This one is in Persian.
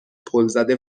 پلزده